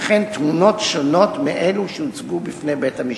וכן תמונות שונות מאלו שהוצגו בפני בית-המשפט.